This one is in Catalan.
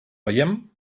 veiem